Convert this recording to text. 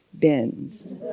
bins